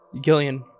Gillian